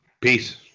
Peace